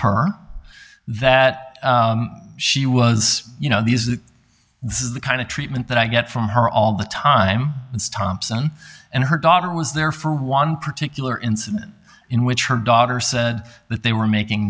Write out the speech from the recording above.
her that she was you know these that this is the kind of treatment that i get from her all the time it's thompson and her daughter was there for one particular incident in which her daughter said that they were making